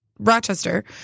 Rochester